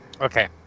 Okay